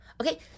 okay